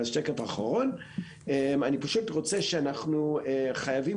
השקף האחרון אני פשוט רוצה שאנחנו חייבים